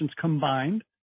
combined